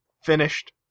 Finished